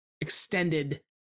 extended